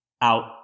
out